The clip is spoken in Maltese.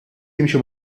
jimxi